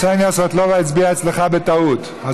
הצביעה, קסניה סבטלובה הצביעה אצלך בטעות.